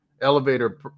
elevator